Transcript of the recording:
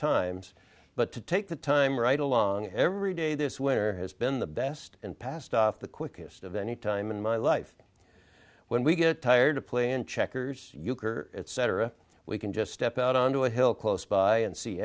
times but to take the time right along every day this winter has been the best and passed off the quickest of any time in my life when we get tired of playing checkers euchre etc we can just step out onto a hill close by and see